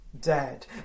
dead